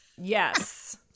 yes